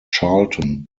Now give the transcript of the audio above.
charlton